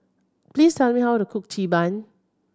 please tell me how to cook Xi Ban